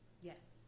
Yes